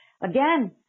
Again